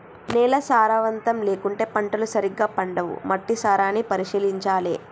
నేల సారవంతం లేకుంటే పంటలు సరిగా పండవు, మట్టి సారాన్ని పరిశీలించాలె